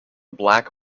black